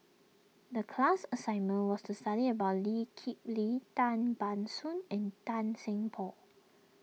the class assignment was to study about Lee Kip Lee Tan Ban Soon and Tan Seng Poh